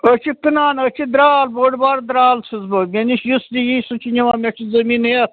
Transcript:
أسۍ چھِ کٕنان أسۍ چھِ درٛال بوٚڈ بار درٛال چھُس بہٕ مےٚ نِش یُس تہِ ییہِ سُہ چھُ نِوان مےٚ چھُ زمیٖن ہٮ۪تھ